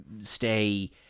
stay